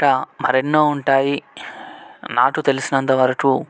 ఇంకా మరెన్నో ఉంటాయి నాకు తెలిసినంత వరకు